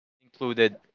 included